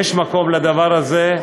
יש מקום לדבר הזה,